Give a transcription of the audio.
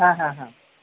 হ্যাঁ হ্যাঁ হ্যাঁ